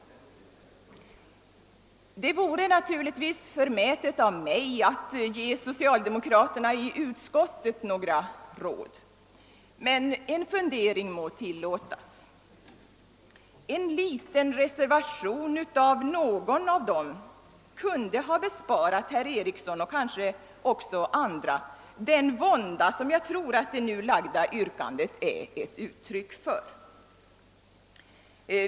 Det vore naturligtvis förmätet av mig att ge socialdemokraterna i utskottet några råd. Men en fundering må tilllåtas. En liten reservation av någon av dem kunde ha besparat herr Ericson och kanske också andra den vånda som jag tror att det nu framlagda yrkandet är ett uttryck för.